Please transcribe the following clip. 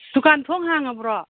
ꯗꯨꯀꯥꯟ ꯊꯣꯡ ꯍꯥꯡꯉꯕ꯭ꯔꯣ